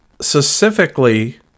specifically